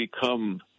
become